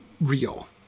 real